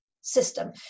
system